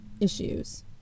issues